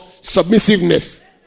submissiveness